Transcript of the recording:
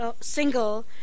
single